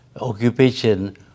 occupation